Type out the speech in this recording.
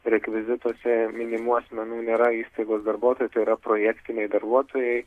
rekvizituose minimų asmenų nėra įstaigos darbuotojai tai yra projektiniai darbuotojai